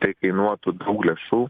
tai kainuotų daug lėšų